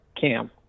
Cam